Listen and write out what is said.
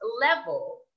level